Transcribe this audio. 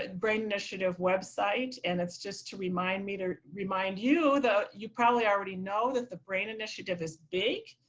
ah brain initiative website and it's just to remind me to remind you that you probably already know that the brain initiative is big.